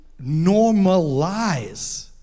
normalize